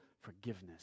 forgiveness